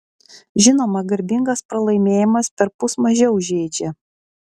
žinoma garbingas pralaimėjimas perpus mažiau žeidžia